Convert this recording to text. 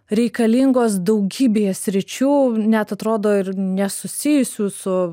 reikalingos daugybėje sričių net atrodo ir nesusijusių su